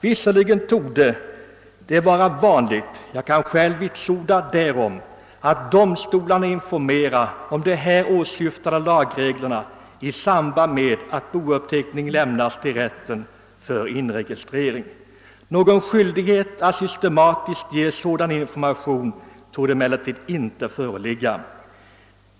Visserligen torde det vara vanligt — vilket jag själv kan vits orda — att domstolarna informerar om de här åsyftade lagreglerna i samband med att bouppteckningen lämnats till rätten för inregistrering. Någon skyldighet att systematiskt ge sådan information torde meellertid inte föreligga.